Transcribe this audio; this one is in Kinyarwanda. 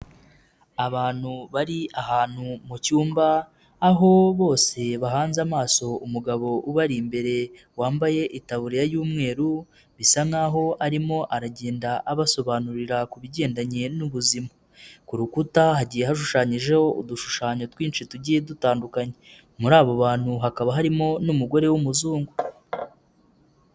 Abantu bari ahantu mu cyumba, aho bose bahanze amaso umugabo ubari imbere wambaye itaburiya y'umweru, bisa nkaho arimo aragenda abasobanurira ku bigendanye n'ubuzima. Ku rukuta hagiye hashushanyijeho udushushanyo twinshi tugiye dutandukanye. Muri abo bantu hakaba harimo n'umugore w'umuzungu.